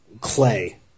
clay